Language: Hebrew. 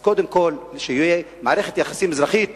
אז קודם כול שתהיה מערכת יחסים אזרחית.